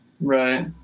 Right